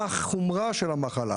מה החומרה של המחלה,